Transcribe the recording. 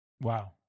Wow